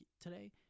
today